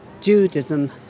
Judaism